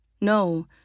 No